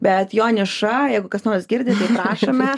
bet jo niša jeigu kas nors girdi prašome